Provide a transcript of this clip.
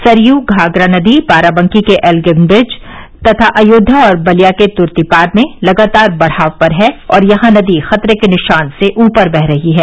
सरयू घाघरा नदी बाराबंकी के Elgin bridge तथा अयोध्या और बलिया के तुर्तीपार में लगातार बढ़ाव पर है और यहां नदी खतरे के निशान से ऊपर बह रही है